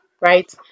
right